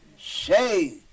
Say